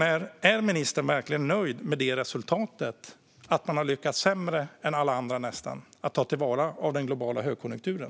Är ministern verkligen nöjd med detta resultat - att man har lyckats sämre än nästan alla andra med att ta till vara den globala högkonjunkturen?